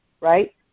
right